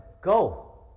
go